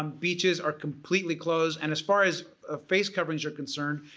um beaches are completely closed and as far as face coverings are concerned